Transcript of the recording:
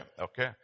Okay